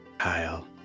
Kyle